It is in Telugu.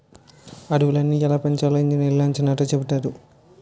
అడవులని ఎలా పెంచాలో ఇంజనీర్లు అంచనాతో చెబుతారు